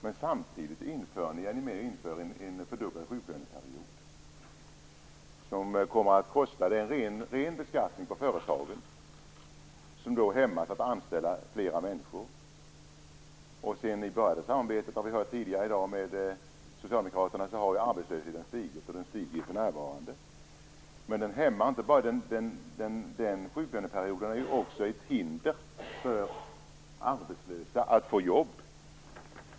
Men samtidigt är ni med och inför en fördubblad sjuklöneperiod som är en ren beskattning av företagen. De hämmas att anställa fler människor. Vi har hört tidigare i dag att sedan ni började samarbetet med Socialdemokraterna har arbetslösheten stigit, och den stiger för närvarande. Sjuklöneperioden är ju också ett hinder för arbetslösa att få jobb.